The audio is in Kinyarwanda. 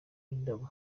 indabo